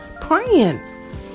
praying